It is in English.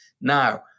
Now